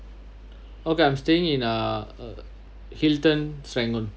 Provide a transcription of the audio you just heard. okay I'm staying in uh hilton serangoon